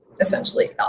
essentially